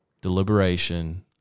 deliberation